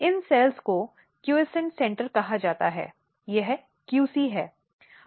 इन cells को quiescent centre कहा जाता है यह QC है